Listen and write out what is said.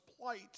plight